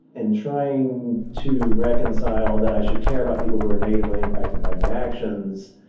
and trying to reconcile that i should care about people who are negatively impacted by my actions,